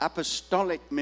Apostolic